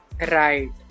Right